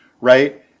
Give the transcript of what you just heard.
Right